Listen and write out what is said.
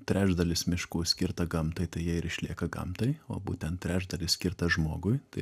trečdalis miškų skirta gamtai tai jie ir išlieka gamtai o būtent trečdalis skirtas žmogui tai